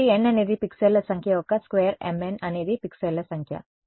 కాబట్టి n అనేది పిక్సెల్ల సంఖ్య యొక్క స్క్వేర్ mn అనేది పిక్సెల్ల సంఖ్య